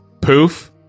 poof